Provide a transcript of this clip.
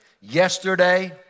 yesterday